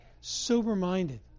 sober-minded